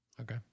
Okay